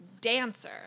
dancer